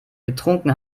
getrunken